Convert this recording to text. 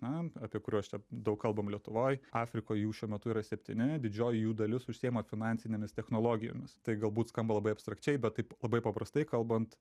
na apie kuriuos čia daug kalbam lietuvoj afrikoj jų šiuo metu yra septyni didžioji jų dalis užsiėma finansinėmis technologijomis tai galbūt skamba labai abstrakčiai bet taip labai paprastai kalbant